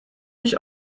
mich